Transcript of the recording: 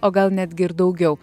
o gal netgi ir daugiau